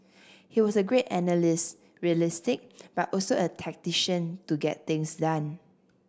he was a great analyst realistic but also a tactician to get things done